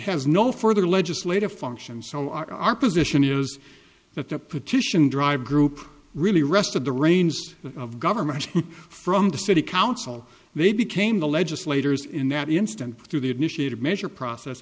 has no further legislative function so our position is that the petition drive group really rest of the reins of government from the city council they became the legislators in that instant through the initiated measure process